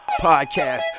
Podcast